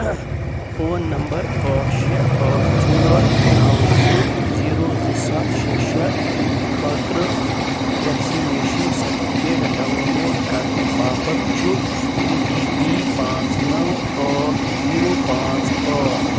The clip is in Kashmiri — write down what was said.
فون نمبر ٲٹھ شےٚ ٲٹھ ژور نَو زٕ زیٖرو زٕ سَتھ شےٚ شےٚ خٲطرٕ وؠکسِنیشن سرٹیفِکیٹ ڈاؤن لوڈ کَرنہٕ باپتھ چھُ او ٹی پی پانٛژھ نَو ٲٹھ زیٖرو پانٛژھ ٲٹھ